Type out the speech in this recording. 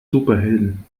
superhelden